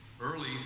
early